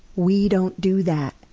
we don't do that.